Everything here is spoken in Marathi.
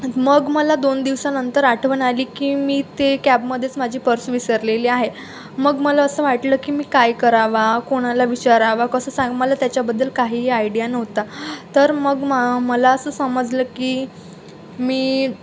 मग मला दोन दिवसानंतर आठवण आली की मी ते कॅबमध्येच माझी पर्स विसरलेली आहे मग मला असं वाटलं की मी काय करावा कोणाला विचारावा कसं सांग मला त्याच्याबद्दल काहीही आयडिया नव्हता तर मग म मला असं समजलं की मी